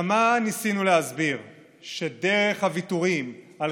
כמה ניסינו להסביר שדרך הוויתורים על